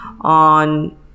on